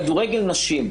כדורגל נשים,